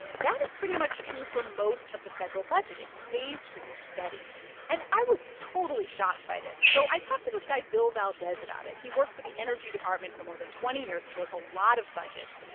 that is pretty much true for most of the federal budget. it stays pretty steady and i was totally shocked by this, so i talked to this guy bill valdez about it. he worked for the energy department for more than twenty years. he wrote a lot of budgets,